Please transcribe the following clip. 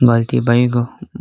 गल्ती भइ गयो